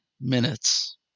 minutes